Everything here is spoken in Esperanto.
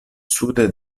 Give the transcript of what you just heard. sude